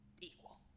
equal